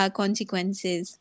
consequences